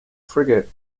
frigate